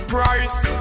Price